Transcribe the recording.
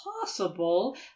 possible